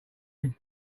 him